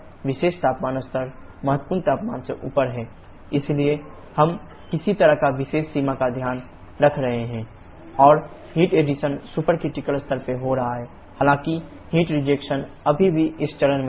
यह विशेष तापमान स्तर महत्वपूर्ण तापमान से ऊपर है इसलिए हम किसी तरह इस विशेष सीमा का ध्यान रख रहे हैं और हीट एडिशन सुपरक्रिटिकल स्तर पर हो रहा है हालांकि हीट रिजेक्शन अभी भी इस चरण में है